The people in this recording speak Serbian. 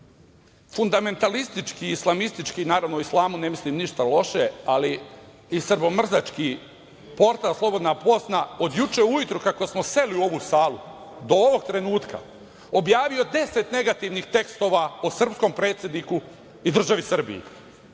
fundamentalistički, islamistički, naravno o islamu ne mislim ništa loše, ali i srbomrzački portal „Slobodna Bosna“ od juče ujutru, kako smo seli u ovu salu, do ovog trenutka objavio deset negativnih tekstova o srpskom predsedniku i državi Srbiji.